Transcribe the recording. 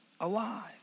alive